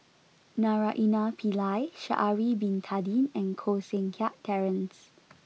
Naraina Pillai Sha'ari bin Tadin and Koh Seng Kiat Terence